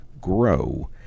grow